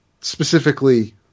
specifically